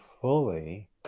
fully